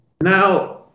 Now